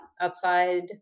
outside